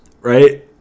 right